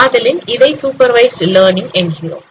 ஆதலின் இதை supervised learning என்கிறோம்